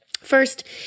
First